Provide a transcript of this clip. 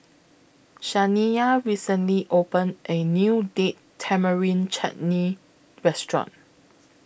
Shaniya recently opened A New Date Tamarind Chutney Restaurant